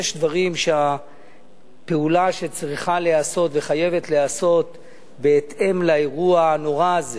יש דברים שהפעולה שצריכה להיעשות וחייבת להיעשות בהתאם לאירוע הנורא הזה